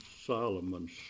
Solomon's